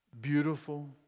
beautiful